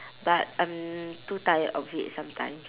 but I'm too tired of it sometimes